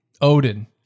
Odin